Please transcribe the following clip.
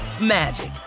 magic